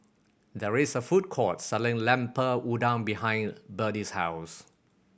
there is a food court selling Lemper Udang behind Byrdie's house